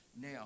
Now